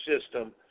system